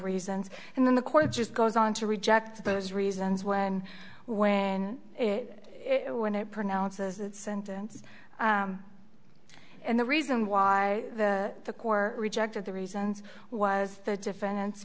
reasons and then the court just goes on to reject those reasons when when it when it pronounces that sentence and the reason why the core rejected the reasons was the defen